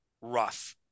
rough